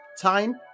time